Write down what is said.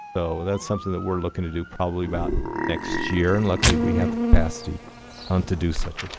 so that's something that we're looking to do probably about next year, and luckily we have the capacity and to do such a